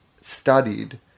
studied